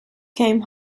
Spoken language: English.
came